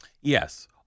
Yes